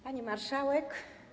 Pani Marszałek!